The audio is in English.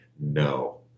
No